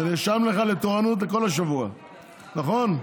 זה נרשם לך לתורנות לכל השבוע, נכון?